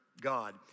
God